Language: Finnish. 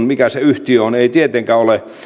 mikä se yhtiö on ei tietenkään löydy